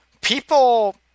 people